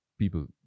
people